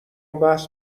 بحث